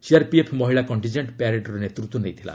CRPF ମହିଳା କଣ୍ଟିଜିଏକ୍କ ପ୍ୟାରେଡ୍ର ନେତୃତ୍ୱ ନେଇଥିଲା